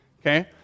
okay